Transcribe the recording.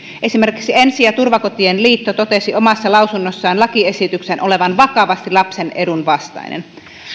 esimerkiksi ensi ja turvakotien liitto totesi omassa lausunnossaan lakiesityksen olevan vakavasti lapsen edun vastainen